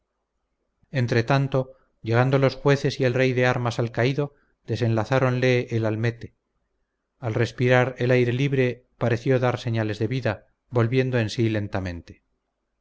deseado entretanto llegando los jueces y el rey de armas al caído desenlazáronle el almete al respirar el aire libre pareció dar señales de vida volviendo en sí lentamente